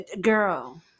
girl